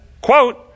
quote